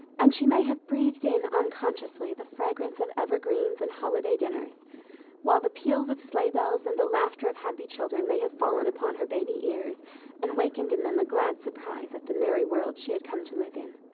and she may have breathed-in unconsciously the fragrance of evergreens and holiday dinners while the peals of sleigh-bells and the laughter of happy children may have fallen upon her baby ears and wakened in them a glad surprise at the merry world she had come to live in.